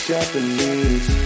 Japanese